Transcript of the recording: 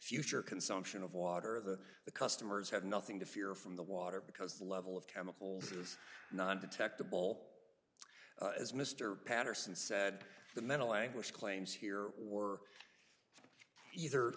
future consumption of water the the customers have nothing to fear from the water because the level of chemicals is not detectable as mr patterson said the mental anguish claims here were either